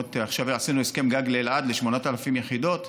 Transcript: עכשיו עשינו הסכם גג לאלעד ל-8,000 יחידות.